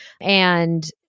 and-